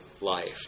life